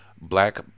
black